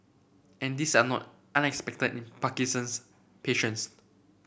and these are all not unexpected in Parkinson's patients